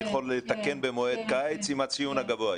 אני יכול לתקן במועד קיץ עם הציון הגבוה?